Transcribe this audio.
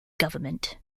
government